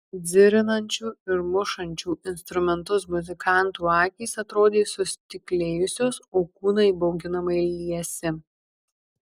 dzirinančių ir mušančių instrumentus muzikantų akys atrodė sustiklėjusios o kūnai bauginamai liesi